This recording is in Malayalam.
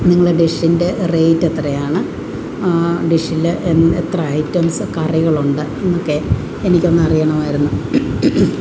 നിങ്ങളുടെ ഡിഷ്ഷിൻ്റെ റേറ്റ് എത്രയാണ് ഡിഷ്ഷിൽ എന്ത് എത്ര ഐറ്റംസ് കറികളുണ്ട് എന്നൊക്കെ എനിക്കൊന്നറിയണമായിരുന്നു